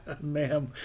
ma'am